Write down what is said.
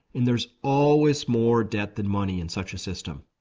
and there's always more debt than money in such a system.